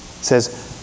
says